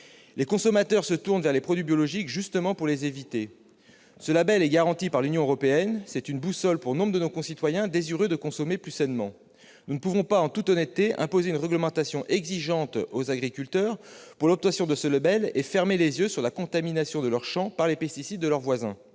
Les consommateurs se tournent vers les produits biologiques justement pour éviter ceux-ci. Ce label est garanti par l'Union européenne. C'est une boussole pour nombre de nos concitoyens désireux de consommer plus sainement. Nous ne pouvons pas, en toute honnêteté, imposer une réglementation exigeante aux agriculteurs pour l'obtention de ce label et fermer les yeux sur la contamination de leurs champs par les pesticides utilisés leurs voisins.